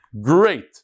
Great